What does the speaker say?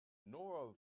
nora